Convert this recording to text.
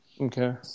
Okay